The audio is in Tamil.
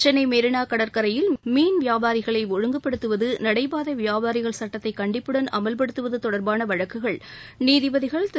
சென்னை மெரினா கடற்கரையில் மீன் வியாபாரிகளை ஒழுங்குப்படுத்துவது நடைபாதை வியாபாரிகள் சட்டத்தை கண்டிப்புடன் அமல்படுத்துவது தொடர்பான வழக்குகள் நீதிபதிகள் திரு